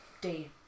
Day